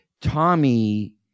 Tommy